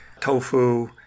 tofu